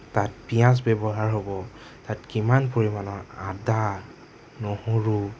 তাত পিঁয়াজ ব্যৱহাৰ হ'ব তাত কিমান পৰিমাণৰ আদা নহৰু